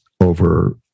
over